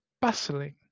bustling